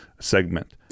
segment